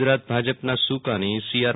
ગુજરાત ભાજપના સુકાની C R